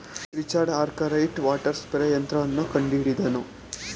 Richard Arkwright water frame ಯಂತ್ರವನ್ನು ಕಂಡುಹಿಡಿದನು